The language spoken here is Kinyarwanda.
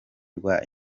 rwa